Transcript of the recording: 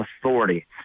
authority